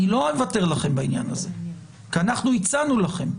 אני לא אוותר לכם בעניין הזה, כי אנחנו הצענו לכם.